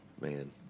Man